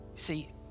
See